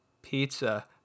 pizza